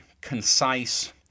concise